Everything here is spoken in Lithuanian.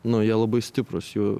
nu jie labai stiprūs jų